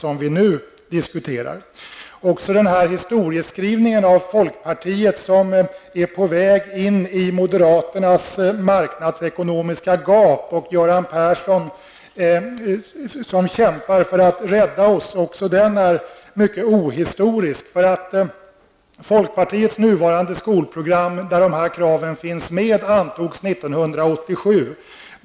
Vidare är även Göran Perssons historieskrivning beträffande folkpartiet, som skulle vara på väg in i moderaternas marknadsekonomiska gap, och beträffande hans kamp för att rädda oss mycket ohistorisk. Men folkpartiets nuvarande skolprogram, där de aktuella kraven finns med, antogs 1987.